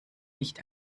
nicht